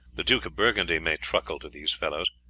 the duke of burgundy may truckle to these fellows,